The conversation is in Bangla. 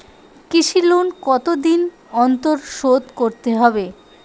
কৃষি লোন কতদিন অন্তর শোধ করতে হবে?